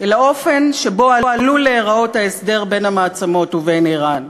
אל האופן שבו עלול להיראות ההסדר בין המעצמות ובין איראן.